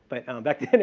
but back then,